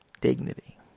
Dignity